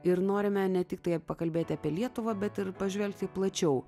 ir norime ne tiktai pakalbėti apie lietuvą bet ir pažvelgti plačiau